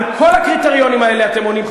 על כל הקריטריונים האלה אתם עונים,